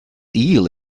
eel